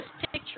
picture